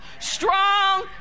Strong